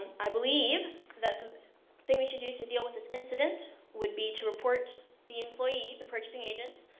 and i believe that the thing we should do to deal with this incident would be to report the employee, the purchasing agent